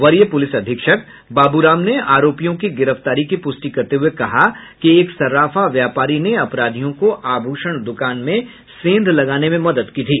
वरीय पूलिस अधीक्षक बाबू राम ने आरोपियों की गिरफ्तारी की पुष्टि करते हुए कहा कि एक सर्राफा व्यापारी ने अपराधियों को आभूषण द्कान में सेंध लगाने में मदद की थी